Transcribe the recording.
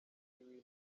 w’intebe